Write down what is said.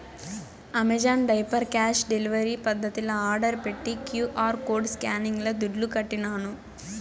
Amazon diaper cash delivery పద్దతిల order పెట్టి QR code స్కానింగ్ల దుడ్లుకట్టినాను